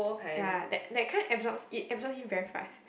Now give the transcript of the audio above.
ya that that kinds absorb it absorb it very fast